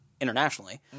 internationally